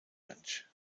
ranch